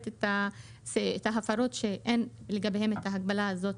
את ההפרות שאין לגביהן את ההגבלה הזאת,